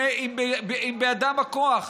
בידם הכוח.